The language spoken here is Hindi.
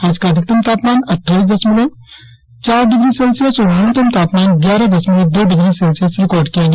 आज का अधिकतम तापमान अट्ठाईस दशमलव चार डिग्री सेल्सियस और न्यूनतम तापमान ग्यारह दशमलव दो डिग्री सेल्सियस रिकार्ड किया गया